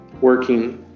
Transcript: working